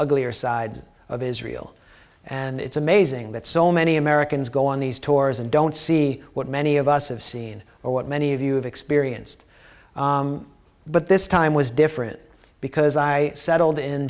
uglier side of israel and it's amazing that so many americans go on these tours and don't see what many of us have seen or what many of you have experienced but this time was different because i settled in